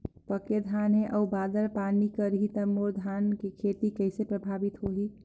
पके धान हे अउ बादर पानी करही त मोर धान के खेती कइसे प्रभावित होही?